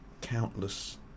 countless